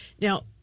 Now